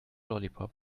lollipop